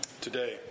today